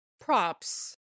props